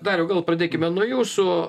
dariau gal pradėkime nuo jūsų